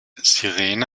sirene